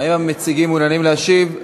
האם המציגים מעוניינים להשיב?